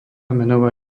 menová